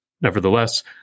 Nevertheless